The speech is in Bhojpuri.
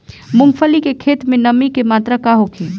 मूँगफली के खेत में नमी के मात्रा का होखे?